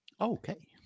Okay